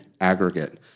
aggregate